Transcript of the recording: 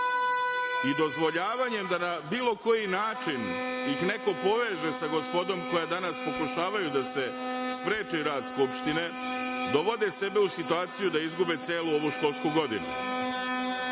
i dozvoljavanjem da na bilo koji način ih neko poveže sa gospodom koja danas pokušavaju da se spreči rad Skupštine, dovode sebe u situaciju da izgube celu ovu školsku godinu. Budite